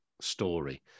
story